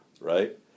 Right